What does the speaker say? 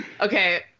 Okay